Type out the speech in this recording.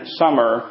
summer